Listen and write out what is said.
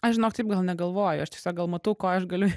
aš žinok taip gal negalvoju aš tiesiog gal matau ko aš galiu